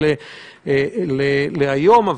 לאנשים שהם בלי טלפון אפליקציית "מגן 2" לא רלוונטית.